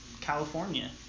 California